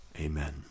Amen